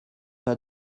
pas